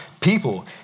people